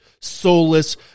soulless